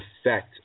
effect